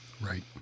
Right